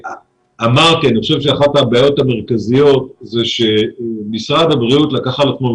אמרתי שאני חושב שאחת הבעיות המרכזיות היא שמשרד בריאות לקח על עצמו,